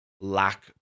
lack